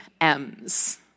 M's